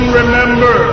remember